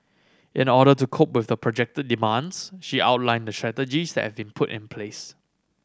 in order to cope with the projected demands she outlined the strategies that have been put in place